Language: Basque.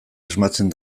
asmatzen